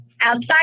outside